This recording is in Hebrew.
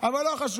אבל לא חשוב.